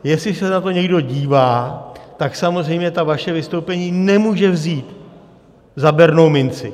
Jestli se na to někdo dívá, tak samozřejmě ta vaše vystoupení nemůže vzít za bernou minci.